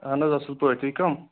اہن حظ اصٕل پٲٹھۍ تُہۍ کَم